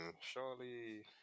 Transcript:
surely